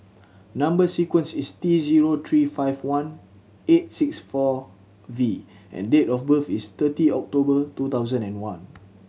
number sequence is T zero three five one eight six four V and date of birth is thirty October two thousand and one